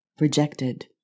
rejected